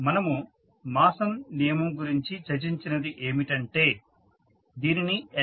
మనము మాసన్ నియమం గురించి చర్చించినది ఏమిటంటే దీనిని S